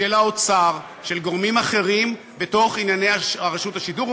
של האוצר ושל גורמים אחרים בתוך ענייני רשות השידור,